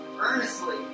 Earnestly